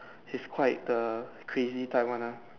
he's quite the crazy type one ah